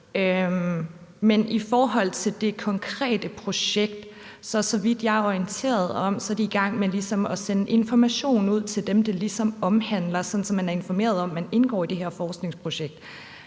Men i forhold til det konkrete projekt, er de, så vidt jeg er orienteret, i gang med ligesom at sende information ud til dem, det ligesom omhandler, sådan at de er informeret om, at de indgår i det her forskningsprojekt.